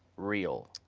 reel,